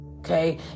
Okay